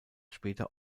später